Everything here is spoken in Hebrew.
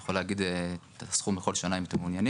אני יכול להגיד את הסכום בכל שנה אם אתם מעוניינים.